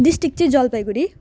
district चाहिँ जलपाइगुडी